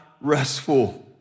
restful